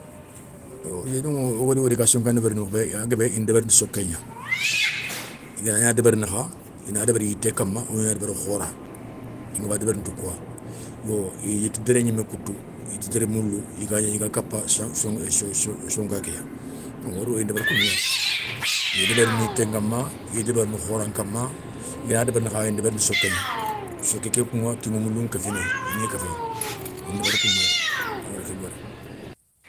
Yéliŋu wogada wori i ga sonka ndébérini mokho bé a guébé i na deberini soké gna, i ga nagna débérini kha i na débéri yitté kamma, ou i na débéri khora, ingaba débérini ti kouwa, yo i ya yitéré gnimé koutou, yité déré moulou i ga kapa sonka ké ya wo da wori i na débérini koundou gna dé, i ya débérini yité nkama, i ya débérini khora nkama, i ganagna débérini kha ina débérini ti soké gna. Soké ké kuŋa kiŋa moulou ŋa kéfinéye i ni kéféyi, i na débérini koundou gna ngada kébé wori.